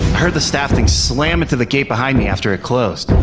heard the staff thing slam into the gate behind me after it closed.